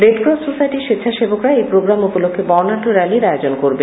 Red Cross সোসাইটির স্বেচ্ছাসেবকরা এই প্রোগ্রাম উপলক্ষ্যে বর্নাঢ্য রেলীর আয়োজন করবে